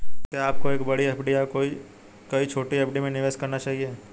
क्या आपको एक बड़ी एफ.डी या कई छोटी एफ.डी में निवेश करना चाहिए?